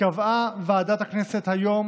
קבעה ועדת הכנסת היום